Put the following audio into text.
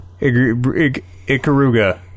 Ikaruga